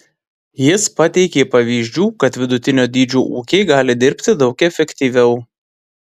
jis pateikė pavyzdžių kad vidutinio dydžio ūkiai gali dirbti daug efektyviau